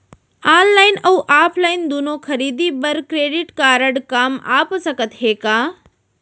Online अऊ offline दूनो खरीदी बर क्रेडिट कारड काम आप सकत हे का?